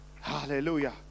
Hallelujah